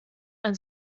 ein